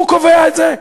הוא קובע את זה?